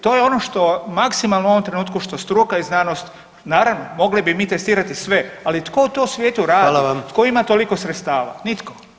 To je ono što maksimalno u ovom trenutku što struka i znanost, naravno mogli bi mi testirati sve, ali tko to u svijetu radi [[Upadica: Hvala vam.]] tko ima toliko sredstava, nitko.